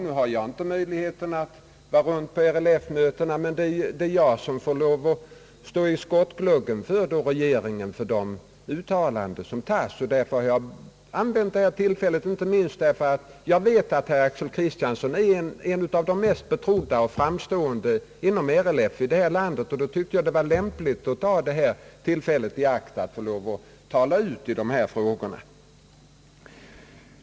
Nu har jag inte möjlighet att resa runt till RLF-mötena, men det är jag och regeringen som får stå i skottgluggen för de uttalanden som görs där. Inte minst därför att jag vet att herr Axel Kristiansson är en av de mest betrodda och framstående inom RLF tyckte jag att det var lämpligt att ta detta tillfälle i akt att tala ut i dessa frågor.